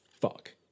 fuck